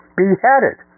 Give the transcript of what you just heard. beheaded